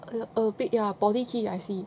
al~ a bit ya 宝丽金 I see